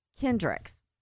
Kendricks